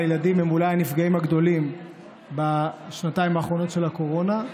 הילדים הם אולי הנפגעים הגדולים בשנתיים האחרונות של הקורונה.